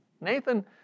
Nathan